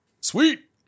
Sweet